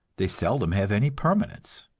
they seldom have any permanence.